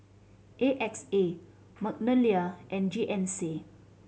A X A Magnolia and G N C